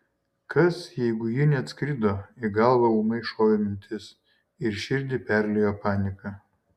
kas jeigu ji neatskrido į galvą ūmai šovė mintis ir širdį perliejo panika